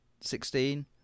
sixteen